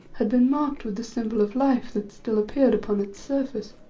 had been marked with the symbol of life, that still appeared upon its surface.